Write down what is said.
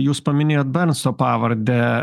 jūs paminėjot bernso pavardę